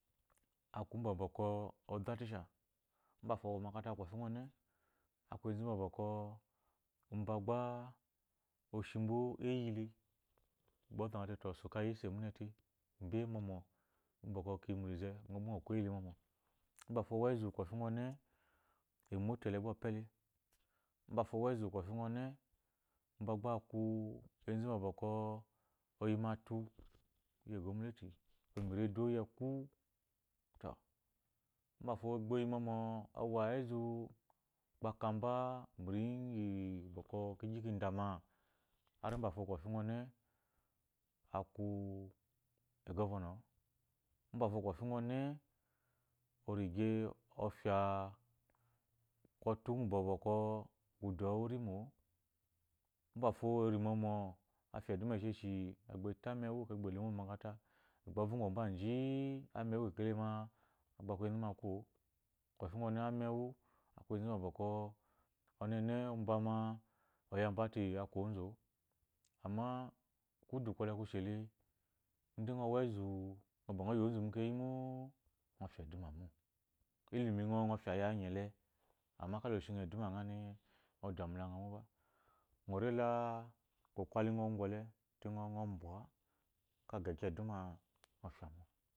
Aku mbabɔkɔ ɔzo ateacher mbafo owa omakata kofi ugwu one aku enzu bɔkɔ umba gba oshibo eyi le bɔ ɔzate so ka yese mune te mo yi kiyi mu luze ngɔ gba ngɔ ku eyi le mɔm mbafo owa esu kofi one emoto ele gba opyete mbafo owa ezukofi one mba gba enzu mba bɔkɔ oyi mu atu iyi ogwamnati ori eduwo iyi ekwu to mbafo ogbo oyi mɔmɔ owara ezu u ukpo akamba mu riyi igi bɔkɔ kigi kindama har mbafo kofi ngwu one aku a governo-o mbafo kofi onene orige ofya kutu ngɔ bɔkɔ ku dowu owe irimo-o mbafo ori mɔmɔ ofya eduma isheshi ogba ota emeba mu omakarata ovɔgɔ mba ji-i emewu tete ma agba aku enzu bɔkɔ umba ma oya bate e aku enzu-o amma kudu kwɔle ku shele kofi ngwu ɔne orige ɔfya kotu ngwu ba bɔkɔ kuduwo ɔweirimo mbafo ori mɔmɔ ofya eduma iyi sheshi eto emewu egba lo mou omakata ovɔgɔ ji-i emewu kekele ma agba aku enzu mba ku-o kofi ɔnen amewu aku enzu ba bɔkɔ mbama oya ba te e aku enzu o amma kudu kwɔle ku shele ide ngɔ wa ezu ba ngɔ yi onzu mu keyi mo ngɔ fya eduma mo